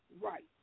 Right